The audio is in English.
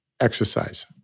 exercise